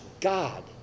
god